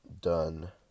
done